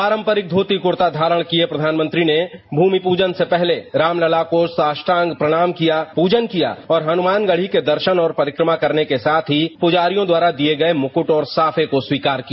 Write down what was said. पारंपरिक धोती कुर्ता धारण किये प्रधानमंत्री ने भूमि पूजन से पहले रामलला को साष्टांग प्रणाम किया पूजन किया और हनुमानगढ़ी के दर्शन और परिक्रमा करने के साथ ही पुजारियों द्वारा दिये गये मुकुट और साफे को स्वीकार किया